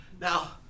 Now